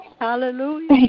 Hallelujah